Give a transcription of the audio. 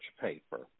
paper